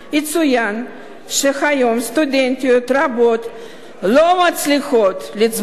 יצוין שהיום סטודנטיות רבות לא מצליחות לצבור